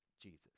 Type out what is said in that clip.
Jesus